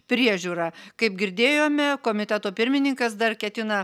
priežiūra kaip girdėjome komiteto pirmininkas dar ketina